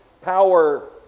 power